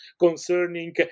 concerning